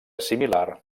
similar